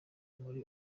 muri